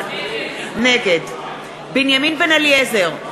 נגד בנימין בן-אליעזר,